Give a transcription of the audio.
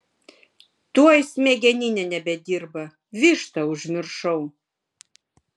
tuoj smegeninė nebedirba vištą užmiršau